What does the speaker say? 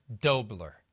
Dobler